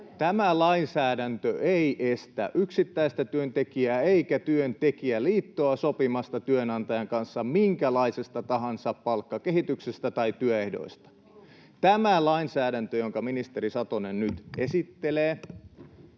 Tämä lainsäädäntö ei estä yksittäistä työntekijää eikä työntekijäliittoa sopimasta työnantajan kanssa minkälaisesta tahansa palkkakehityksestä tai työehdoista. Tämä lainsäädäntö, jonka ministeri Satonen nyt esittelee,